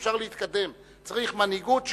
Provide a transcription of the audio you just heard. אפשר להתקדם, צריך מנהיגות שם,